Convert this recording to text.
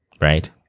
Right